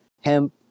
hemp